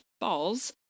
balls